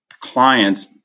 clients